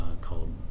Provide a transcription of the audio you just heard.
called